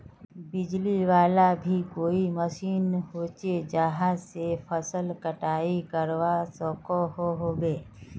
बिजली वाला भी कोई मशीन होचे जहा से फसल कटाई करवा सकोहो होबे?